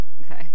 Okay